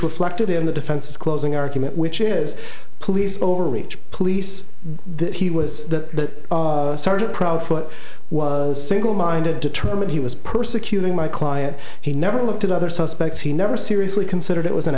reflected in the defense closing argument which is police overreach police that he was that started proudfoot was single minded determined he was persecuting my client he never looked at other suspects he never seriously considered it was an